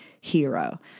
hero